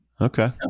Okay